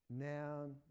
Noun